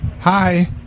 Hi